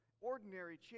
ordinary